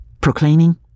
proclaiming